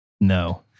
no